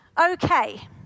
Okay